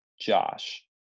josh